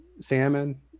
Salmon